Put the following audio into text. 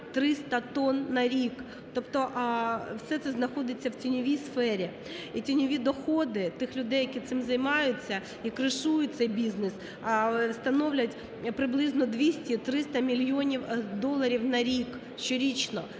150-300 тонн на рік. Тобто все це знаходиться в тіньовій сфері і тіньові доходи тих людей, які цим займаються і кришують цей бізнес становлять приблизно 200-300 мільйонів доларів на рік – щорічно!